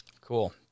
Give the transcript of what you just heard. cool